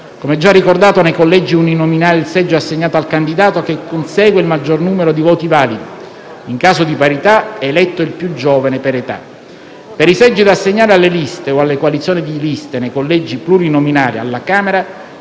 Come già ricordato, nei collegi uninominali il seggio è assegnato al candidato che consegue il maggior numero di voti validi; in caso di parità, è eletto il più giovane per età. Per i seggi da assegnare alle liste e alle coalizioni di liste nei collegi plurinominali, alla Camera